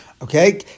Okay